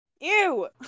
Ew